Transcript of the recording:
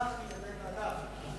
המסך לבין הדף.